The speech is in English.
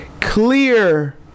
clear